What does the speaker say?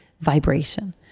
vibration